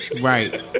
right